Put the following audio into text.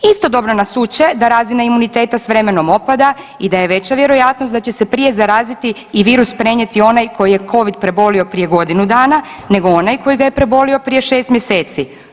Istodobno nas uče da razina imuniteta s vremenom opada i da je veća vjerojatnost da će se prije zaraziti i virus prenijeti onaj koji je Covid prebolio prije godinu dana nego onaj koji ga je prebolio prije 6 mjeseci.